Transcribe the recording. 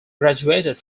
graduated